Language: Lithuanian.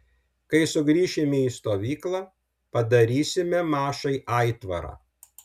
kai sugrįšime į stovyklą padarysime mašai aitvarą